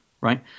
Right